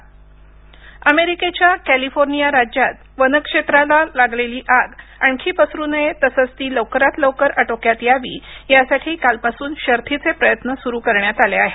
America वणवा अमेरिकेच्या California राज्यात वनक्षेत्रात लागलेली आग आणखी पसरू नये तसंच ती लवकरात लवकर अटोक्यात यावी यासाठी कालपासून शर्थीचे प्रयत्न सुरू करण्यात आले आहेत